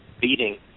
beating